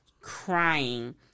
crying